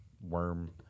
worm